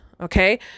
Okay